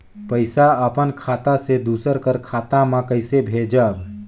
पइसा अपन खाता से दूसर कर खाता म कइसे भेजब?